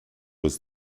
was